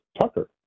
Tucker